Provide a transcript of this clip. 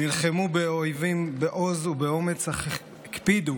הם נלחמו באויבים בעוז ובאומץ אך הקפידו